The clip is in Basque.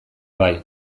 bai